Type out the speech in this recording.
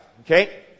Okay